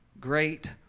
great